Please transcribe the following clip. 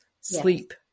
sleep